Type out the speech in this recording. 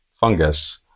fungus